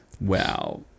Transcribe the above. Wow